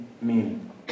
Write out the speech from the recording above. meaning